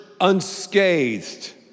unscathed